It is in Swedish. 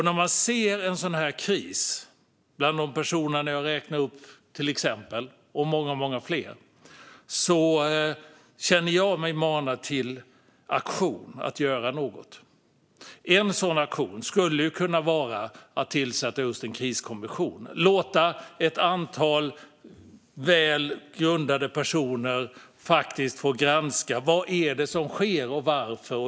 När jag ser en sådan här kris, som drabbar de personer jag räknade upp och många fler, känner jag mig manad till aktion, till att göra något. En sådan aktion skulle kunna vara att tillsätta just en kriskommission och låta ett antal väl valda personer granska vad det är som sker och varför.